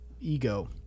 ego